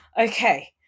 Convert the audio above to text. Okay